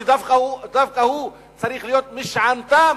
שדווקא הוא צריך להיות משענתן